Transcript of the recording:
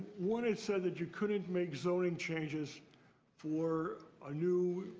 one, it said that you couldn't make zoning changes for a new